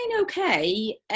okay